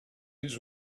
his